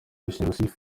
yashyikirizwaga